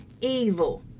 evil